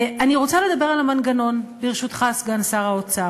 אני רוצה לדבר על המנגנון, ברשותך, סגן שר האוצר.